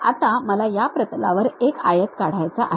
आता मला या प्रतलावर एक आयत काढायचा आहे